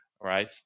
right